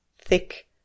thick